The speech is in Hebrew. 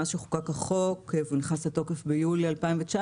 מאז שחוקק החוק והוא נכנס לתוקף ביולי 2019,